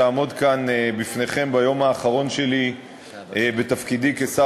לעמוד כאן בפניכם ביום האחרון שלי בתפקידי כשר